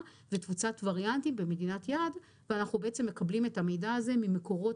ותפוצת וריאנטים במדינת יעד ואנחנו בעצם מקבלים את המידע הזה ממקורות